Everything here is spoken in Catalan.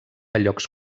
llocs